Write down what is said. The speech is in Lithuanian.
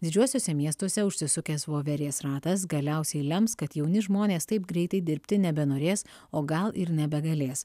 didžiuosiuose miestuose užsisukęs voverės ratas galiausiai lems kad jauni žmonės taip greitai dirbti nebenorės o gal ir nebegalės